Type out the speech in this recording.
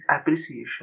appreciation